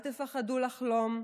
אל תפחדו לחלום,